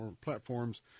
platforms